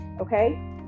Okay